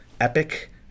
epic